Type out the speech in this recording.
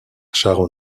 sharon